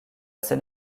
scène